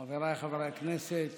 חבריי חברי הכנסת,